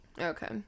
Okay